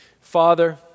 Father